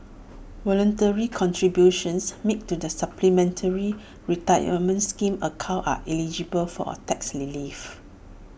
voluntary contributions made to the supplementary retirement scheme account are eligible for A tax relief